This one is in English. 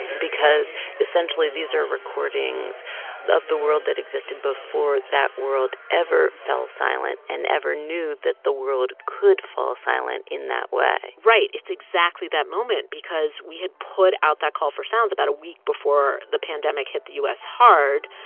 because essentially, these are recordings of the world that existed before that world ever fell silent and ever knew that the world could fall silent in that way right. it's exactly that moment because we had put out that call for sounds about a week before the pandemic hit the u s. hard.